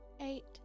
eight